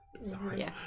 Sorry